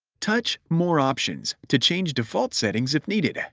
touch more options to change default settings if needed. ah